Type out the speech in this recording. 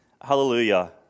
Hallelujah